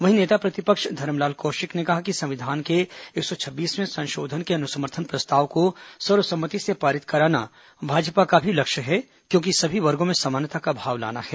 वहीं नेता प्रतिपक्ष धरमाल कौशिक ने कहा कि संविधान के एक सौ छब्बीसवें संशोधन के अनुसमर्थन प्रस्ताव को सर्वसम्मिति से पारित कराना भाजपा का भी लक्ष्य है क्योंकि सभी वर्गो में समानता का भाव लाना है